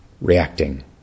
reacting